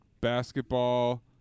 basketball